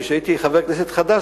כשהייתי חבר כנסת חדש,